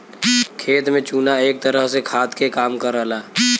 खेत में चुना एक तरह से खाद के काम करला